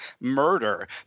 murder